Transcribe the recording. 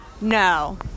No